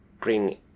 bring